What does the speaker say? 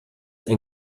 ein